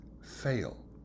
fail